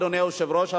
אדוני היושב-ראש,